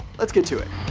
let's get to it!